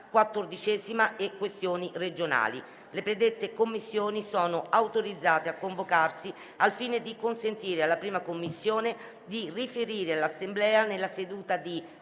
14a e questioni regionali. Le predette Commissioni sono autorizzate a convocarsi al fine di consentire alla 1a Commissione di riferire all'Assemblea nella seduta di